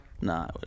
Nah